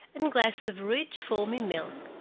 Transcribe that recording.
and glasses of rich, foamy milk.